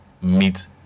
meet